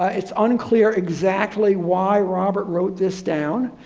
ah it's unclear exactly why robert wrote this down.